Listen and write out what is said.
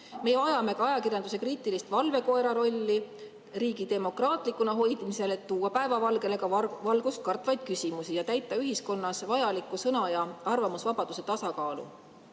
Me vajame ka ajakirjanduse kriitilist valvekoera rolli riigi demokraatlikuna hoidmisel, et tuua päevavalgele ka valgustkartvaid küsimusi ja täita ühiskonnas vajalikku sõna‑ ja arvamusvabaduse tasakaalu.